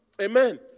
Amen